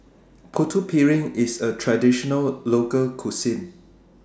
Putu Piring IS A Traditional Local Cuisine